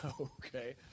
okay